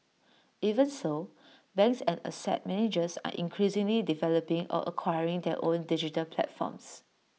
even so banks and asset managers are increasingly developing or acquiring their own digital platforms